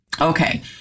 Okay